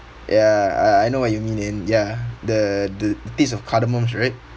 ya I I know what you mean and ya the the taste of cardamoms right